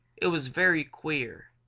it was very queer.